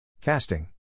Casting